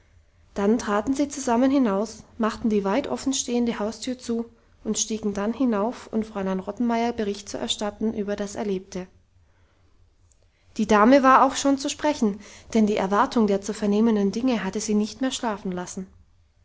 dann traten sie zusammen hinaus machten die weit offen stehende haustür zu und stiegen dann hinauf um fräulein rottenmeier bericht zu erstatten über das erlebte die dame war auch schon zu sprechen denn die erwartung der zu vernehmenden dinge hatte sie nicht mehr schlafen lassen